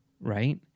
right